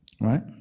right